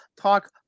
talk